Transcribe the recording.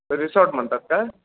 resort म्हणतात काय